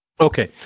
Okay